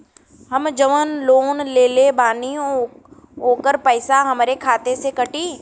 हम जवन लोन लेले बानी होकर पैसा हमरे खाते से कटी?